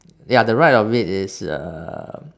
ya the right of it is uh